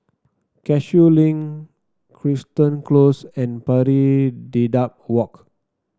Cashew Link Crichton Close and Pari Dedap Walk